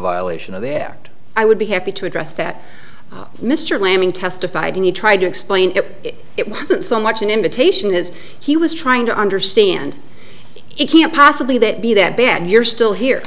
violation of their i would be happy to address that mr lambing testified and he tried to explain it it wasn't so much an invitation as he was trying to understand it can't possibly that be that bad you're still here